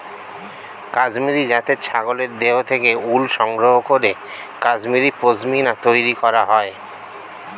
কাশ্মীরি জাতের ছাগলের দেহ থেকে উল সংগ্রহ করে কাশ্মীরি পশ্মিনা তৈরি করা হয়